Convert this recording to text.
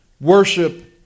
worship